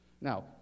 Now